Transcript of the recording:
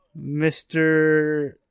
Mr